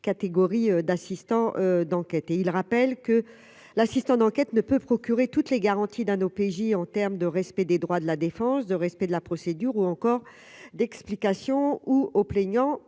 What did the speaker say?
catégorie d'assistant d'enquêter et il rappelle que l'assistant d'enquête ne peut procurer toutes les garanties d'un OPJ en terme de respect des droits de la défense, de respect de la procédure, ou encore d'explication ou au plaignant